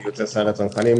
אני יוצא סיירת צנחנים,